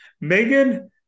Megan